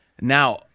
Now